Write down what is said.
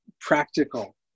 practical